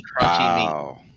Wow